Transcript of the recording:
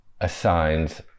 assigns